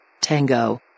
Tango